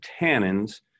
tannins